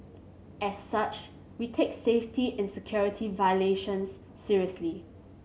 as such we take safety and security violations seriously